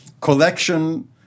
collection